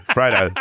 Fredo